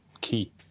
key